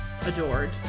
adored